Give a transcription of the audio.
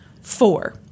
Four